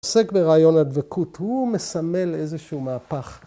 ‫הוא עוסק ברעיון הדבקות, ‫הוא מסמל איזשהו מהפך.